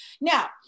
Now